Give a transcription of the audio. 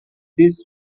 this